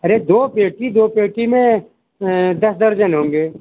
अरे दो पेटी दो पेटी में दस दर्जन होंगे